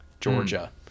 Georgia